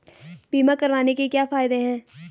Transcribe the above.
बीमा करवाने के क्या फायदे हैं?